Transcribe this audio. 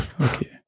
Okay